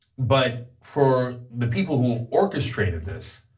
but for the people who orchestrated this,